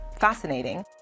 fascinating